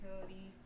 utilities